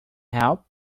help